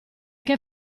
che